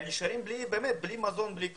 הם נשארים בלי מזון, בלי כלום.